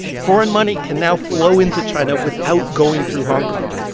foreign money can now flow into china without going through hong kong,